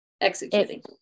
executing